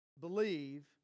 believe